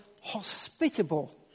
hospitable